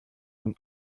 und